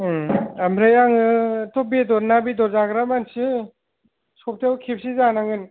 आमफ्राय आङोथ' बेदर ना बेदर जाग्रा मानसि सप्तायाव खेबसे जानांगोन